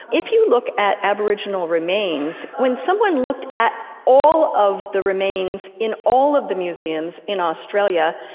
if you look at aboriginal remains, when someone looked at all of the remains in all of the museums in australia,